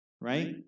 right